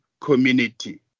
community